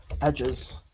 edges